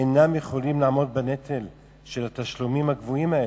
אינם יכולים לעמוד בנטל של התשלומים הגבוהים האלה.